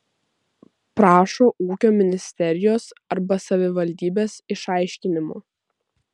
prašo ūkio ministerijos arba savivaldybės išaiškinimo